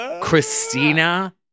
Christina